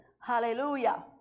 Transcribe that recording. Hallelujah